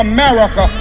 America